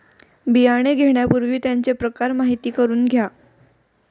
बियाणे घेण्यापूर्वी त्यांचे प्रकार माहिती करून घ्या